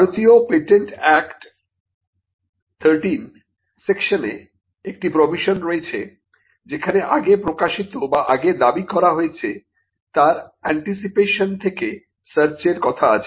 ভারতীয় patent act 13 সেকশনে একটি প্রভিশন রয়েছে যেখানে আগে প্রকাশিত বা আগে দাবি করা হয়েছে তার অন্টিসিপেশন থেকে সার্চের কথা আছে